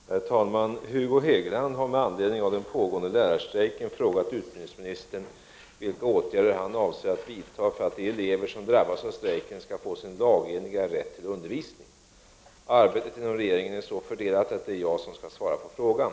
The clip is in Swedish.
Herr talman! Hugo Hegeland har med anledning av den pågående lärarstrejken frågat utbildningsministern vilka åtgärder han avser att vidta för att de elever som drabbas av strejken skall få sin lagenliga rätt till undervisning. Arbetet inom regeringen är så fördelat att det är jag som skall svara på frågan.